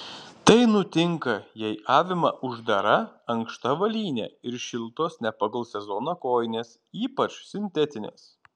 tai nutinka jei avima uždara ankšta avalynė ir šiltos ne pagal sezoną kojinės ypač sintetinės